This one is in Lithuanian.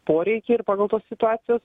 poreikį ir pagal tos situacijos